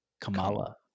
Kamala